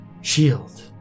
Shield